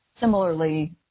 Similarly